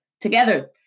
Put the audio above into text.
together